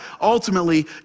Ultimately